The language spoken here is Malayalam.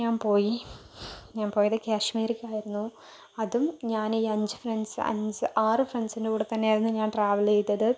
ഞാൻ പോയി ഞാൻ പോയത് കാശ്മീരിക്കായിരുന്നു അതും ഞാനീ അഞ്ച് ഫ്രണ്ട്സ് അഞ്ച് ആറ് ഫ്രണ്ട്സിൻ്റെ കൂടെ തന്നെയാണ് ഞാൻ ട്രാവല് ചെയ്തത്